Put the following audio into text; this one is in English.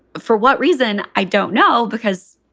for what reason? i don't know, because,